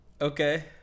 Okay